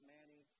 Manny